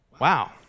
Wow